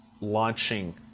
launching